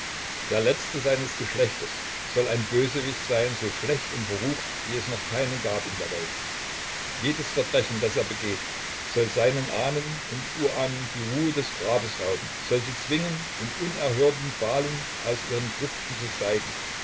der letzte seines geschlechtes soll ein bösewicht sein so schlecht und verrucht wie es noch keinen gab in der welt jedes verbrechen das er begeht soll seinen ahnen und urahnen die ruhe des grabes rauben soll sie zwingen in unerhörten qualen aus ihren grüften zu steigen